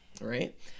right